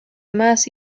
más